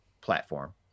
platform